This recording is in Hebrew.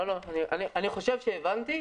אני חושב שהבנתי.